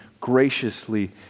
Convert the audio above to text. graciously